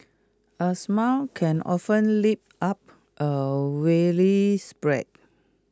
A smile can often lift up A weary spirit